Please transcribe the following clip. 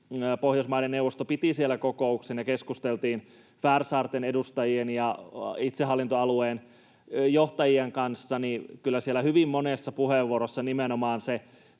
Pohjoismaiden neuvosto piti Färsaarilla kokouksen ja keskusteltiin Färsaarten edustajien ja itsehallintoalueen johtajien kanssa, kyllä siellä hyvin monessa puheenvuorossa oli nimenomaan se